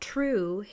True